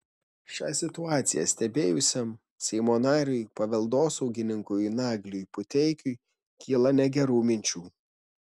šią situaciją stebėjusiam seimo nariui paveldosaugininkui nagliui puteikiui kyla negerų minčių